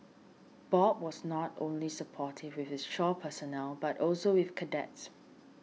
bob was not only supportive with his shore personnel but also with cadets